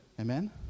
Amen